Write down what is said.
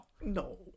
No